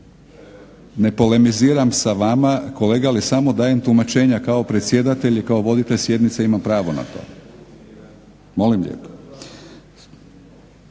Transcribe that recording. ne polemiziram s vama kolega ali samo dajem tumačenja kao predsjedatelj i kao voditelj imam pravo na to. Molim lijepo.